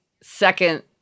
second